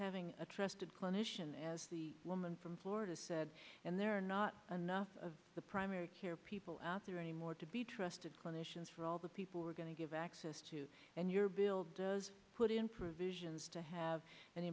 having a trusted clinician as the woman from florida said and there are not enough of the primary care people out there anymore to be trusted clinicians for all the people we're going to give access to and your bill does put in provisions to have an